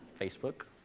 Facebook